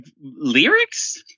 Lyrics